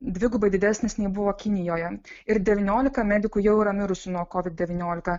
dvigubai didesnis nei buvo kinijoje ir devyniolika medikų jau yra mirusių nuo kovid devyniolika